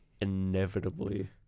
inevitably